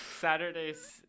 Saturday's